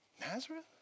Nazareth